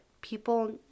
people